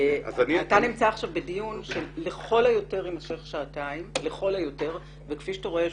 אתה נמצא עכשיו בדיון שלכל היותר יימשך שעתיים וכפי שאתה רואה,